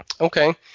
Okay